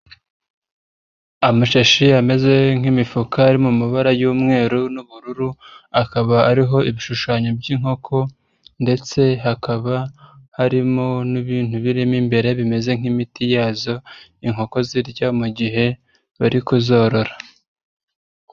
Amashashi ameze nk'imifuka ari mu mabara y'umweru n'ubururu akaba ariho ibishushanyo by'inkoko ndetse hakaba harimo n'ibintu birimo imbere bimeze nk'imiti yazo inkoko zirya mu gihe bari kuzorora.